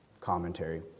commentary